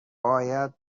باید